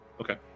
Okay